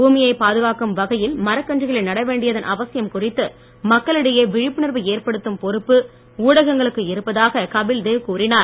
பூமியைப் பாதுகாக்கும் வகையில் மரங்களை நட வேண்டியதன் அவசியம் குறித்து மக்களிடையே விழிப்புணர்வு ஏற்படுத்தும் பொறுப்பு ஊடகங்களுக்கு இருப்பதாக கபில் தேவ் கூறினார்